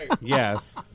Yes